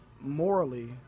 morally